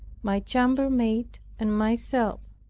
my chambermaid and myself.